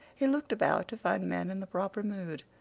he looked about to find men in the proper mood.